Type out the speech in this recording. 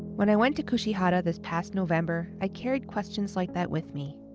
when i went to kushihara this past november, i carried questions like that with me.